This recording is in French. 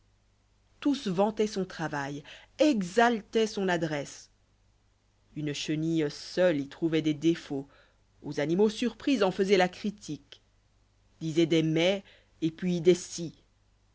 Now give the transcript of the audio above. tous vantoient son travail exaltoient son adresse une chenille seule y trouvoit des défauts aux animaux surpris en faisoit la critique disoit des mais et puis des si